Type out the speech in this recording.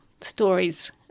stories